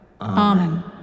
Amen